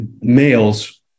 males